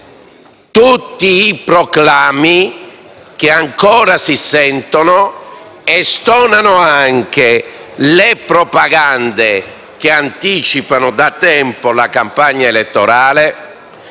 tutti i proclami che ancora si sentono e anche le propagande, che anticipano da tempo la campagna elettorale,